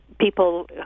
People